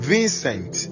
Vincent